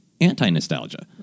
anti-nostalgia